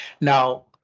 Now